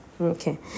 Okay